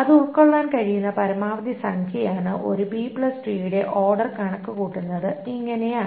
അത് ഉൾകൊള്ളാൻ കഴിയുന്ന പരമാവധി സംഖ്യയാണ് ഒരു ബി ട്രീയുടെ B tree ഓർഡർ കണക്കുകൂട്ടുന്നത് ഇങ്ങനെയാണ്